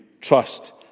trust